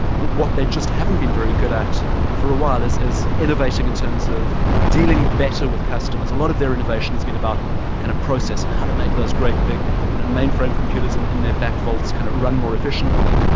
what they just haven't been very good at for a while is is innovating in terms of dealing better with customers. a lot of their innovation has been about kind of process and how to make those great big you know mainframe computers in in their back vaults kind of run more efficiently.